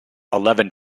eleven